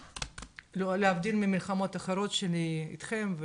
להבדיל ממלחמות אחרות שלי אתכם,